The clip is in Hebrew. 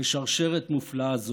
בשרשרת מופלאה זו.